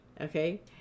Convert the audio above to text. Okay